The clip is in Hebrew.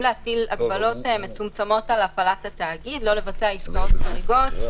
להטיל הגבלות מצומצמות על הפעלת התאגיד: לא לבצע עסקאות חריגות,